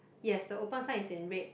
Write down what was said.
yes the open sign is in red